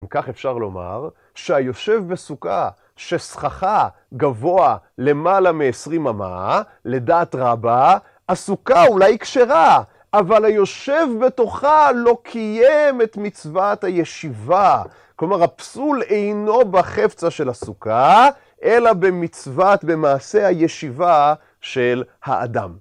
אם כך אפשר לומר שהיושב בסוכה שסככה גבוה למעלה מ-20 אמה, לדעת רבה, הסוכה אולי קשרה אבל היושב בתוכה לא קיים את מצוות הישיבה. כלומר הפסול אינו בחפצה של הסוכה אלא במצוות במעשה הישיבה של האדם